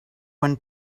when